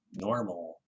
normal